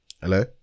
Hello